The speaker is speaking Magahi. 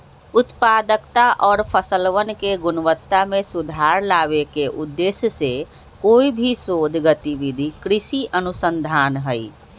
उत्पादकता और फसलवन के गुणवत्ता में सुधार लावे के उद्देश्य से कोई भी शोध गतिविधि कृषि अनुसंधान हई